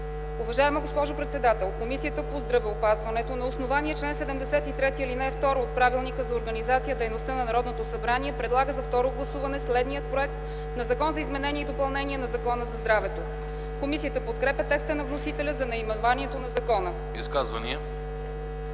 Уважаема госпожо председател, Комисията по здравеопазването на основание чл. 73, ал. 2 от Правилника за организацията и дейността на Народното събрание предлага на второ гласуване следния проект на „Закон за изменение и допълнение на Закона за здравето”. Комисията подкрепя текста на вносителя за наименованието на закона.”